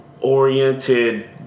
oriented